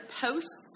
posts